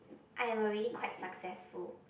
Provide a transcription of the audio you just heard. I am already quite successful